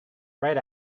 right